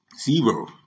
Zero